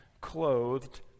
clothed